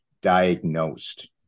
diagnosed